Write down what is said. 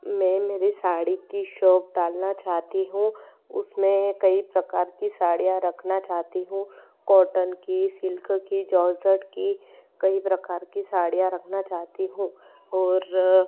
मैं मेरी साड़ी की शॉप डालना चाहती हूँ उसमें कई प्रकार की साड़ियाँ रखना चाहती हूँ कॉटन की सिल्क की जॉर्जट की कई प्रकार की साड़ियाँ रखना चाहती हूँ और